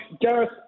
Gareth